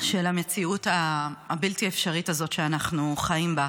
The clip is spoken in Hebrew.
של המציאות הבלתי-אפשרית הזאת שאנחנו חיים בה,